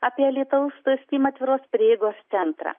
apie alytaus tos steam atviros prieigos centrą